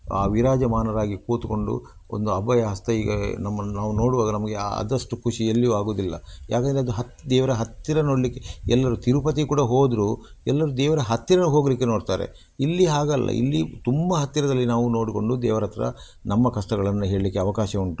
ಆ ವಿರಾಜಮಾನರಾಗಿ ಕೂತುಕೊಂಡು ಒಂದು ಅಭಯ ಹಸ್ತ ಈಗೇ ನಮ್ಮನ್ನು ನಾವು ನೋಡುವಾಗ ನಮಗೆ ಆದಷ್ಟು ಖುಷಿ ಎಲ್ಲಿಯು ಆಗೋದಿಲ್ಲ ಯಾಕೆಂದ್ರೆ ಅದು ಹತ್ ದೇವರ ಹತ್ತಿರ ನೋಡಲಿಕ್ಕೆ ಎಲ್ಲರು ತಿರುಪತಿ ಕೂಡ ಹೋದರು ಎಲ್ಲರು ದೇವರ ಹತ್ತಿರ ಹೋಗಲಿಕ್ಕೆ ನೋಡ್ತಾರೆ ಇಲ್ಲಿ ಹಾಗಲ್ಲ ಇಲ್ಲಿ ತುಂಬ ಹತ್ತಿರದಲ್ಲಿ ನಾವು ನೋಡಿಕೊಂಡು ದೇವರತ್ತಿರ ನಮ್ಮ ಕಷ್ಟಗಳನ್ನು ಹೇಳಲಿಕ್ಕೆ ಅವಕಾಶ ಉಂಟು